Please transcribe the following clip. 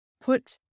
put